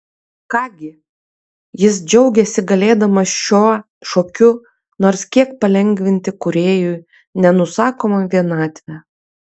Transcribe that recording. ką gi jis džiaugėsi galėdamas šiuo šokiu nors kiek palengvinti kūrėjui nenusakomą vienatvę